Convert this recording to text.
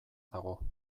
dago